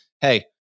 hey